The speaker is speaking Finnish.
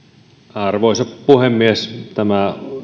arvoisa puhemies tämä